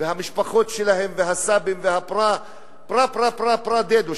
והמשפחות שלהם, והסבים והפרה-פרה-פרה דדושקה,